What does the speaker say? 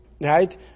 right